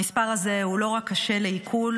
המספר הזה הוא לא רק קשה לעיכול,